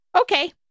Okay